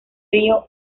río